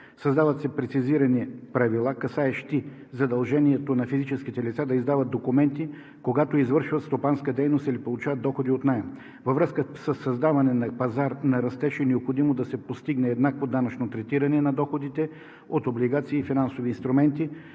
създават: прецизирани правила, касаещи задължението на физическите лица да издават документи, когато извършват стопанска дейност или получават доходи от наем. Във връзка със създаването на пазар на растеж е необходимо да се постигне еднакво данъчно третиране на доходите от облигации и финансови инструменти,